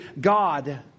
God